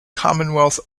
commonwealth